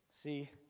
See